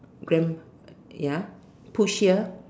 grand ya push here